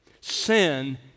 Sin